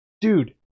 dude